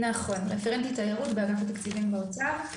נכון, רפרנטית תיירות באגף התקציבים באוצר.